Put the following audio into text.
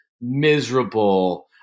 miserable